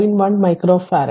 1 micro farad